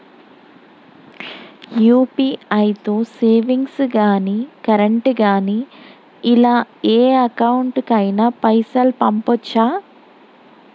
UPI తో savings గాని current గాని ఇలా ఏ అకౌంట్ కైనా పైసల్ పంపొచ్చా?